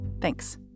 Thanks